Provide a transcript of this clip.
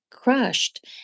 crushed